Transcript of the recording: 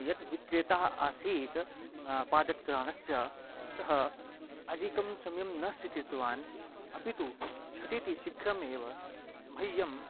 यत् विक्रेताः आसीत् पादत्राणस्य सः अधिकं समयं न स्वीकृतवान् अपितु झटिति शिघ्रमेव मह्यं